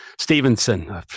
Stevenson